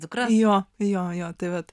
jo jo tai vat